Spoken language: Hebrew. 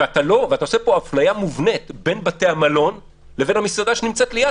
ואתה עושה פה אפליה מובנית בין בתי המלון לבין המסעדה שנמצאת ליד.